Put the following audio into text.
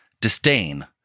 disdain